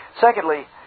Secondly